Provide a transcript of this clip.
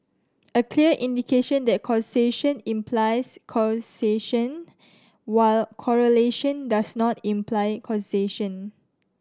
a clear indication that causation implies causation while correlation does not imply causation